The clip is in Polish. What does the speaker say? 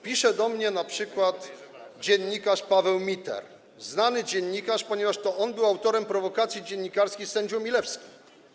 Pisze do mnie np. dziennikarz Paweł Miter, znany dziennikarz, ponieważ to on był autorem prowokacji dziennikarskiej wobec sędziego Milewskiego.